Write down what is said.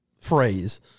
phrase